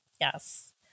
Yes